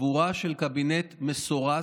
חבורה של קבינט מסורס,